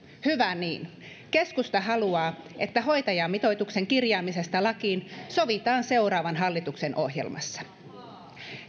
hyvä niin keskusta haluaa että hoitajamitoituksen kirjaamisesta lakiin sovitaan seuraavan hallituksen ohjelmassa